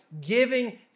Giving